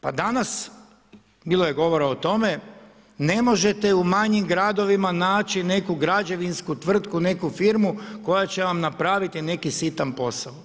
Pa danas, bilo je govora o tome ne možete u manjim gradovima naći neku građevinsku tvrtku, neku firmu koja će vam napraviti neki sitan posao.